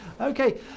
Okay